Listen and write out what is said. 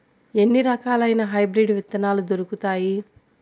ఎన్ని రకాలయిన హైబ్రిడ్ విత్తనాలు దొరుకుతాయి?